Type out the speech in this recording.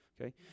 okay